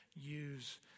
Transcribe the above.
use